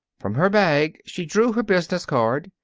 from her bag she drew her business card,